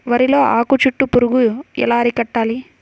వరిలో ఆకు చుట్టూ పురుగు ఎలా అరికట్టాలి?